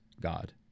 God